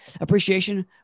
appreciation